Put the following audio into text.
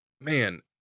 man